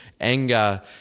anger